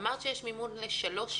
אמרת שיש מימון לשלוש שנים,